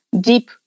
deep